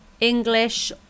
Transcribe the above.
English